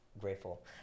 Grateful